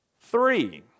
Three